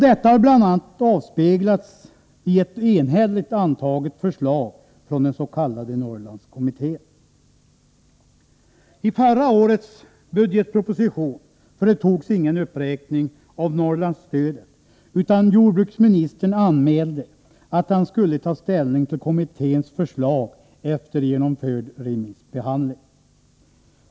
Detta har bl.a. avspeglats i ett enhälligt antaget förslag från den s.k. Norrlandskommittén. I förra årets budgetproposition företogs ingen uppräkning av Norrlandsstödet, utan jordbruksministern anmälde att han skulle ta ställning till kommitténs förslag efter genomförd remissbehandling.